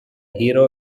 hero